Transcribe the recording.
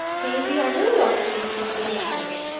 maybe i really ought to tell somebody about it.